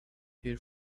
here